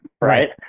Right